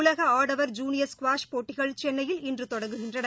உலக ஆடவர் junior squash போட்டிகள் சென்னையில் இன்று தொடங்குகின்றன